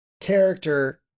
character